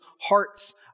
hearts